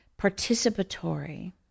participatory